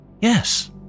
Yes